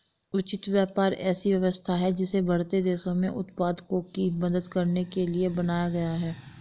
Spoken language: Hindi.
उचित व्यापार ऐसी व्यवस्था है जिसे बढ़ते देशों में उत्पादकों की मदद करने के लिए बनाया गया है